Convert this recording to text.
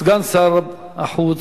סגן שר החוץ,